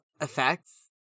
effects